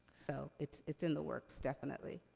so, it's it's in the works, definitely.